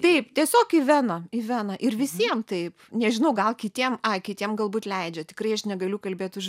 taip tiesiog į veną į veną ir visiem taip nežinau gal kitiem ai kitiem galbūt leidžia tikrai aš negaliu kalbėt už